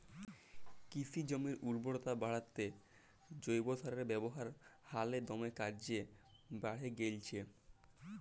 কিসি জমির উরবরতা বাঢ়াত্যে জৈব সারের ব্যাবহার হালে দমে কর্যে বাঢ়্যে গেইলছে